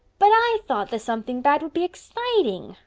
but i thought the something bad would be exciting,